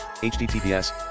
HTTPS